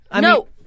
No